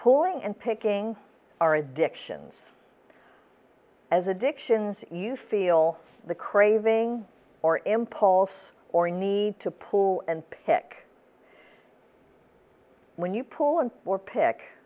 pulling and picking our addictions as addictions you feel the craving or impulse or need to pull and pick when you pull in or pick